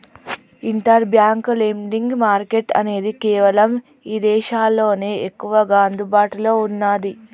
inter bank lending market అనేది కేవలం ఇదేశాల్లోనే ఎక్కువగా అందుబాటులో ఉన్నాది